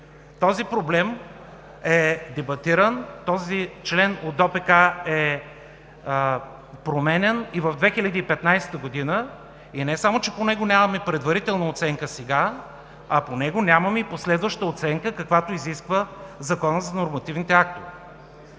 Този проблем е дебатиран. Този член от ДПК е променян и в 2015 г., и не само, че по него нямаме предварителна оценка сега, а по него нямаме и последваща оценка, каквато изисква Законът за нормативните актове.